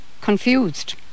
confused